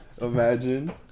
imagine